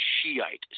Shiite